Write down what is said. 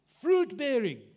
fruit-bearing